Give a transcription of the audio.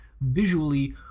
visually